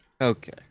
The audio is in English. Okay